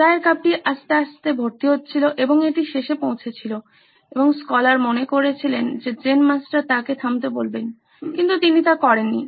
চায়ের কাপটি আস্তে আস্তে ভর্তি হচ্ছিল এবং এটি শেষে পৌঁছেছিল এবং স্কলার মনে করেছিলেন যে জেন মাস্টার তাকে থামতে বলবেন কিন্তু তিনি তা করেননি